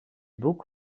boek